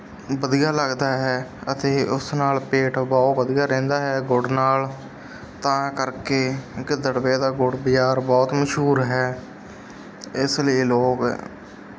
ਵਧੀਆ ਲੱਗਦਾ ਹੈ ਅਤੇ ਉਸ ਨਾਲ ਪੇਟ ਬਹੁਤ ਵਧੀਆ ਰਹਿੰਦਾ ਹੈ ਗੁੜ ਨਾਲ ਤਾਂ ਕਰਕੇ ਗਿੱਦੜਵੇ ਦਾ ਗੁੜ ਬਜ਼ਾਰ ਬਹੁਤ ਮਸ਼ਹੂਰ ਹੈ ਇਸ ਲਈ ਲੋਕ